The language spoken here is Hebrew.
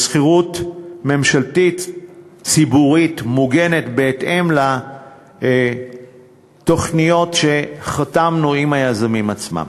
שכירות ממשלתית ציבורית מוגנת בהתאם לתוכניות שחתמנו עם היזמים עצמם.